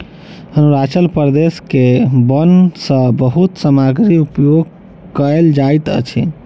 अरुणाचल प्रदेश के वन सॅ बहुत सामग्री उपयोग कयल जाइत अछि